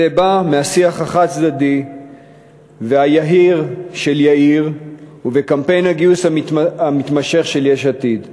זה בא מהשיח החד-צדדי והיהיר של יאיר ומקמפיין הגיוס המתמשך של יש עתיד.